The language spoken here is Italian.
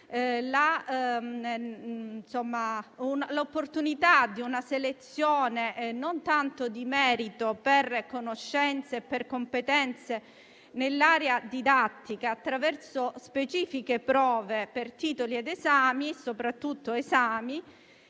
l'opportunità di una selezione non tanto di merito per conoscenze e per competenze nell'area didattica attraverso specifiche prove per titoli ed esami (soprattutto esami),